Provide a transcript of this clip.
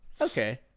Okay